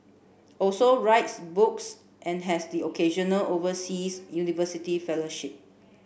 also writes books and has the occasional overseas university fellowship